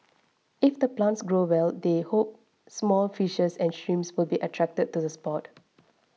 if the plants grow well they hope small fishes and shrimps will be attracted to the spot